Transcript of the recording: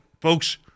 folks